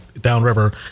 downriver